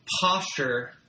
posture